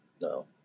No